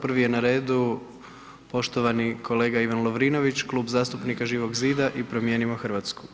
Prvi je na redu poštovani kolega Ivan Lovrinović, Klub zastupnika Živog zida i Promijenimo Hrvatsku.